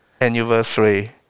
anniversary